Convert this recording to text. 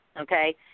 okay